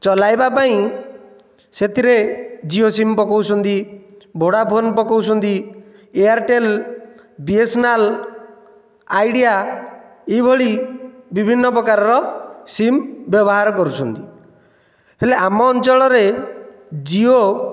ଚଳାଇବା ପାଇଁ ସେଥିରେ ଜିଓ ସିମ୍ ପକାଉଛନ୍ତି ଭୋଡାଫୋନ୍ ପକାଉଛନ୍ତି ଏୟାରଟେଲ୍ ବିଏସ୍ଏନ୍ଏଲ୍ ଆଇଡ଼ିଆ ଏହିଭଳି ବିଭିନ୍ନ ପ୍ରକାରର ସିମ୍ ବ୍ୟବହାର କରୁଛନ୍ତି ହେଲେ ଆମ ଅଞ୍ଚଳରେ ଜିଓ